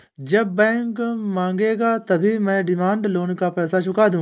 जब बैंक मांगेगा तभी मैं डिमांड लोन का पैसा चुका दूंगा